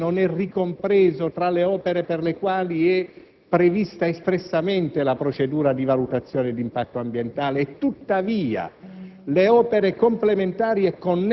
che il rigassificatore non è ricompreso tra le opere per le quali è prevista espressamente la procedura di valutazione d'impatto ambientale e tuttavia